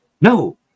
no